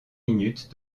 minutes